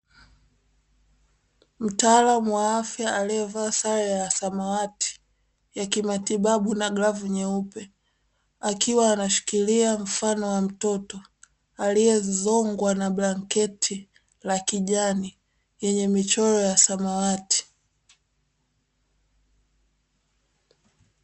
Mtaalamu wa afya aliyevaa sare ya samawati ya kimatibabu, na glavu nyeupe, akiwa anashikilia mfano wa mtoto, aliyezongwa na blanketi la kijani yenye michoro ya samawati.